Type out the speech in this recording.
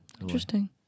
Interesting